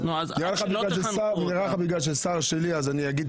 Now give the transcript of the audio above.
לא, מתן, אני גם אומר